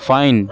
fine